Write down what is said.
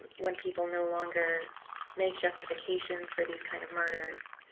when people no longer make justifications for these kind of murders,